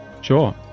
Sure